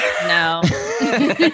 no